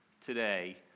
today